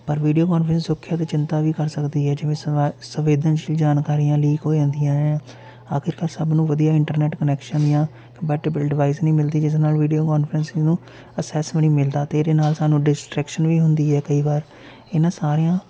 ਪਰ video conferencing ਸੁਰੱਖਿਆ ਅਤੇ ਚਿੰਤਾ ਵੀ ਕਰ ਸਕਦੀ ਹੈ ਜਿਵੇਂ ਸ੍ਵ ਸੰਵੇਦਨਸ਼ੀਲ ਜਾਣਕਾਰੀਆਂ ਲੀਕ ਹੋ ਜਾਂਦੀਆਂ ਨੇ ਆਖਿਰਕਾਰ ਸਭ ਨੂੰ ਵਧੀਆ ਇੰਟਰਨੈਟ ਕਨੈਕਸ਼ਨ ਦੀਆਂ ਕਮਪੈਟੀਵਲ ਡਿਵਾਇਸ ਨਹੀਂ ਮਿਲਦੀ ਜਿਸ ਨਾਲ ਵੀਡੀਓ ਕੋਂਨਫਰੈਂਸਿੰਗ ਨੂੰ ਅਸੈਸ ਵੀ ਨਹੀਂ ਮਿਲਦਾ ਅਤੇ ਇਹਦੇ ਨਾਲ ਸਾਨੂੰ ਡਿਸਟਰੈਕਸ਼ਨ ਵੀ ਹੁੰਦੀ ਹੈ ਕਈ ਵਾਰ ਇਹਨਾਂ ਸਾਰਿਆਂ